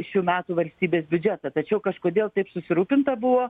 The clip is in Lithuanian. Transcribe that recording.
šių metų valstybės biudžetą tačiau kažkodėl taip susirūpinta buvo